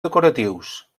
decoratius